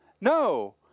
No